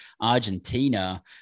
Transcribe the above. argentina